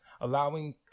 allowing